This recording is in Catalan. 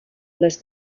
les